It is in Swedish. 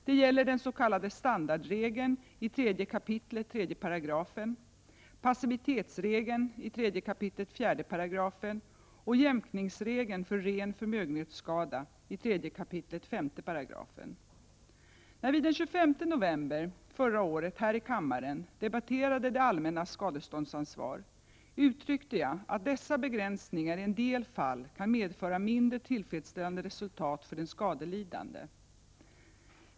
Det gäller den s.k. standardregeln i 3 kap. 3 §, passivitetsregeln i 3 kap. 4 § och jämkningsregeln för ren förmögenhetsskada i 3 kap. 5 §. När vi den 25 november förra året här i kammaren debatterade det allmännas skadeståndsansvar uttryckte jag att dessa begränsningar i en del fall kan medföra mindre tillfredsställande resultat för den skadelidande.